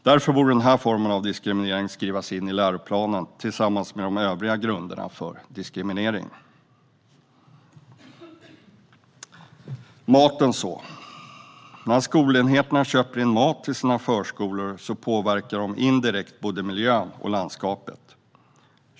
Därför borde denna form av diskriminering skrivas in i läroplanen tillsammans med de övriga grunderna för diskriminering. När skolenheterna köper in mat till sina förskolor påverkar de indirekt både miljön och landskapet.